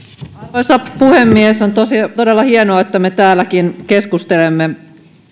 arvoisa puhemies on todella hienoa että me täälläkin keskustelemme